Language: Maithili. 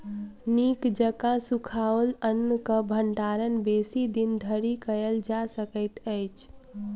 नीक जकाँ सुखाओल अन्नक भंडारण बेसी दिन धरि कयल जा सकैत अछि